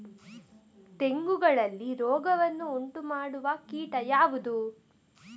ತೆಂಗುಗಳಲ್ಲಿ ರೋಗವನ್ನು ಉಂಟುಮಾಡುವ ಕೀಟ ಯಾವುದು?